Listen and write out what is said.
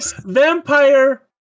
Vampire